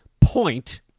point